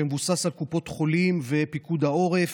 שמבוסס על קופות חולים ופיקוד העורף,